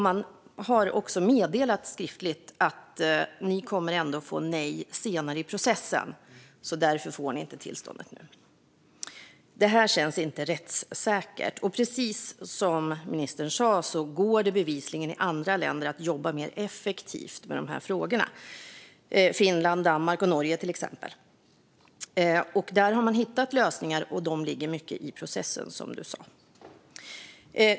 Man har också meddelat skriftligt: Ni kommer ändå att få nej senare i processen, så därför får ni inte tillståndet nu. Det känns inte rättssäkert. Precis som ministern sa går det bevisligen i andra länder att jobba mer effektivt med de här frågorna. Det gäller till exempel Finland, Danmark och Norge. Där har man hittat lösningar, och de ligger mycket i processen, som du sa.